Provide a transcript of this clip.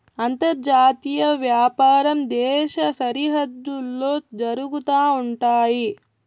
అంతర్జాతీయ వ్యాపారం దేశ సరిహద్దుల్లో జరుగుతా ఉంటయి